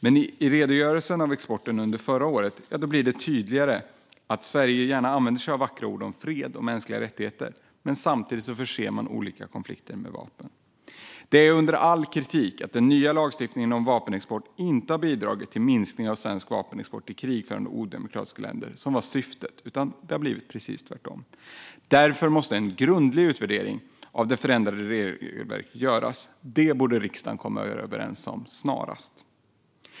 I redogörelsen av exporten under förra året blir det tydligare att Sverige gärna använder sig av vackra ord om fred och mänskliga rättigheter, men samtidigt förser man olika konflikter med vapen. Det är under all kritik att den nya lagstiftningen inte har bidragit till minskning av svensk vapenexport till krigförande och odemokratiska länder, som var syftet, utan det har blivit precis tvärtom. Därför måste en grundlig utvärdering av det förändrade regelverket göras. Det borde riksdagen komma överens om snarast.